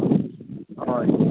हय